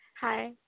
hi